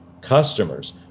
customers